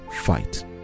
fight